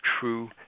true